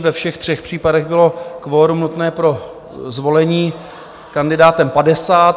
Ve všech třech případech bylo kvorum nutné pro zvolení kandidátem 50.